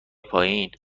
پایین